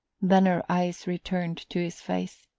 then her eyes returned to his face.